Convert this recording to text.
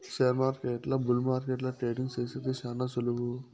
షేర్మార్కెట్ల బుల్ మార్కెట్ల ట్రేడింగ్ సేసేది శాన సులువు